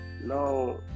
now